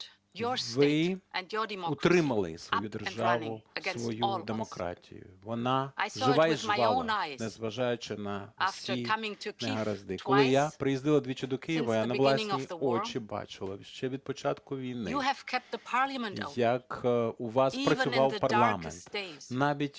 Ви утримали свою державу, свою демократію. Вона жива і жвава, незважаючи на всі негаразди. Коли я приїздила двічі до Києва, я на власні очі бачила ще від початку війни, як у вас працював парламент навіть